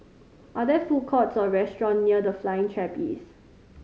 are there food courts or restaurants near The Flying Trapeze